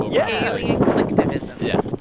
but yeah alien collectivism yeah,